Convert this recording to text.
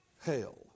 hell